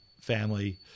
family